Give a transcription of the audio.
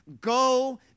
go